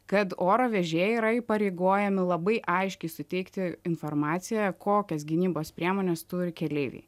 kad oro vežėjai yra įpareigojami labai aiškiai suteikti informaciją kokias gynybos priemones turi keleiviai